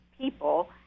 people